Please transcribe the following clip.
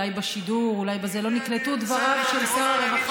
אולי בשידור לא נקלטו דבריו של שר הרווחה.